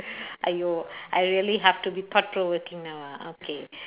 !aiyo! I really have to be thought provoking now ah okay